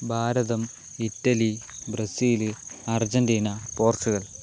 Bharatam Italy Brazil Argentina Portugal